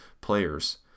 players